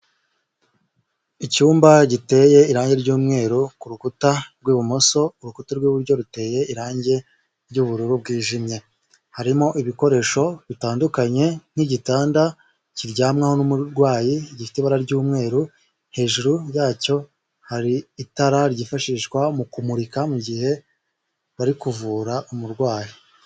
Icyumba giteye irangi ry'umweru ku rukuta rw'ibumoso, urukuta rw'iburyo ruteye irangi ry'ubururu bwijimye, harimo ibikoresho bitandukanye nk'igitanda kiryamwaho n'umurwayi gifite ibara ry'umweru, hejuru yacyo hari itara ryifashishwa mu kumurika mu gihe bari kuvura umurwayi.